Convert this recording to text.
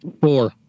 Four